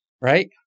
Right